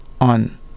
On